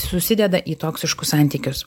susideda į toksiškus santykius